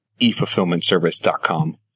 efulfillmentservice.com